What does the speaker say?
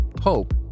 Hope